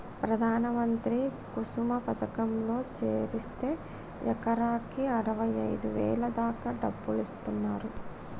ప్రధాన మంత్రి కుసుమ పథకంలో చేరిస్తే ఎకరాకి అరవైఐదు వేల దాకా డబ్బులిస్తున్నరు